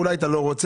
אולי עכשיו לא רוצה,